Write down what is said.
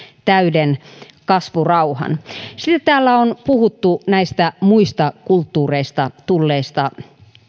täyden kasvurauhan sitten täällä on puhuttu muista kulttuureista tulleista